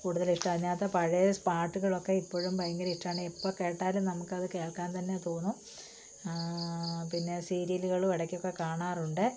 കൂടുതലും ഇഷ്ടം അതിനകത്ത് പഴയ പാട്ടുകളൊക്കെ ഇപ്പോഴും ഭയങ്കര ഇഷ്ടമാണ് എപ്പോൾ കേട്ടാലും നമുക്കത് കേൾക്കാൻ തന്നെ തോന്നും പിന്നെ സീരിയലുകളും ഇടയ്ക്കൊക്കെ കാണാറുണ്ട്